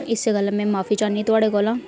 इस्सै गल्ले मै माफ़ी चाह्न्नी आं थुआढ़े कोला